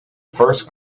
first